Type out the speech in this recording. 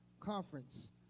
conference